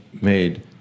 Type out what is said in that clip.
made